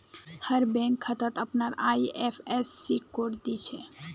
हर bank खातात अपनार IFSC code दि छे